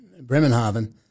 Bremenhaven